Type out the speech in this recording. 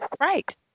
right